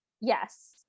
Yes